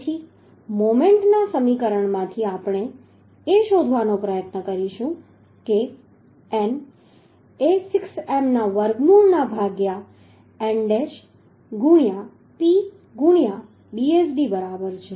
તેથી મોમેન્ટના સમીકરણમાંથી આપણે એ શોધવાનો પ્રયત્ન કરીશું કે n એ 6M ના વર્ગમૂળના ભાગ્યા n ડેશ ગુણ્યા P ગુણ્યા Bsd બરાબર છે